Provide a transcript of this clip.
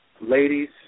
ladies